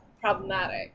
problematic